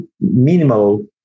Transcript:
minimal